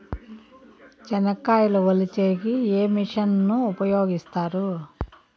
చెనక్కాయలు వలచే కి ఏ మిషన్ ను ఉపయోగిస్తారు?